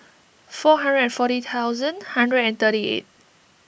four hundred and forty thousand hundred and thirty eight